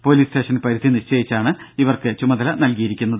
police station പരിധി നിശ്ചയിച്ചാണ് ഇവർക്ക് ചുമതല നൽകിയിരിക്കുന്നത്